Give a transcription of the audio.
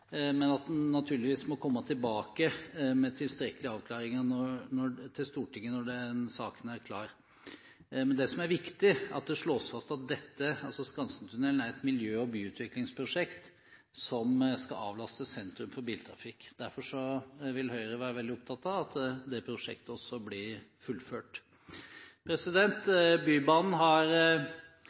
er klar. Det som er viktig, er at det slås fast at Skansentunnelen er et viktig miljø- og byutviklingsprosjekt som skal avlaste sentrum for biltrafikk. Derfor vil Høyre være veldig opptatt av at det prosjektet blir fullført. Bybanen har